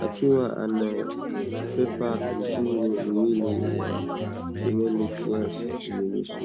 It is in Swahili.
akiwa anabeba mtungi mwili ya kimiliki ya kiasi yenye sumu.